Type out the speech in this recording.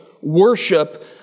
worship